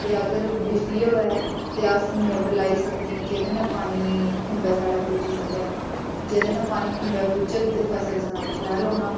ते अगर बिजली होऐ ते अस मोटर लाई सकने जेह्दे ने पानी खुंबै साढ़ै पुज्जी सकै जेह्दै ने पानी खुंबै पुज्जग ते फसल साढ़ा शैल होना